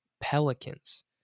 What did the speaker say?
Pelicans